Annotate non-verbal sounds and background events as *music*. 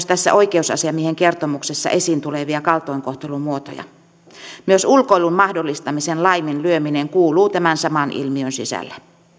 *unintelligible* tässä oikeusasiamiehen kertomuksessa esiin tulevia kaltoinkohtelun muotoja myös ulkoilun mahdollistamisen laiminlyöminen kuuluu tämän saman ilmiön sisälle